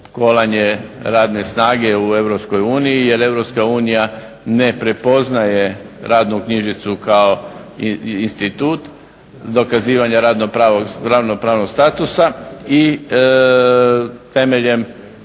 jer Europska unija ne prepoznaje radnu knjižicu kao institut dokazivanja radno-pravnog statusa i temeljem